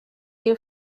you